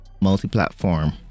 multi-platform